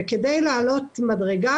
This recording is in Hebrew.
כדי להעלות מדרגה,